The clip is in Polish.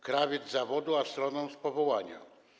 Krawiec z zawodu, astronom z powołania.